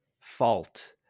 fault